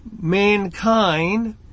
mankind